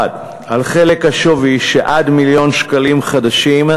1. על חלק השווי שעד מיליון שקלים חדשים,